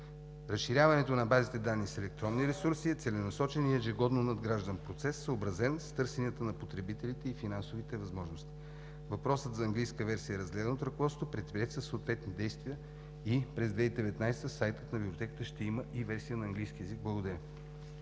Разширяването на базите данни с електронни ресурси е целенасочен и ежегодно надграждан процес, съобразен с търсенията на потребителите и финансовите възможности. Въпросът за английска версия е разгледан от ръководството, предприети са съответни действия и през 2019 г. сайтът на Библиотеката ще има и вести на английски език. Благодаря.